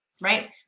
right